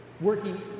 working